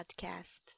podcast